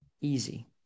easy